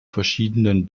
verschiedenen